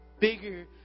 bigger